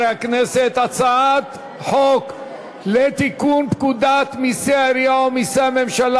הצעת חוק לתיקון פקודת מסי העירייה ומסי הממשלה